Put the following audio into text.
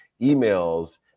emails